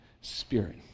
Spirit